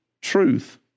truth